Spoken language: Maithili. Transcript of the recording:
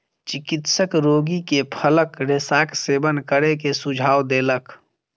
चिकित्सक रोगी के फलक रेशाक सेवन करै के सुझाव देलक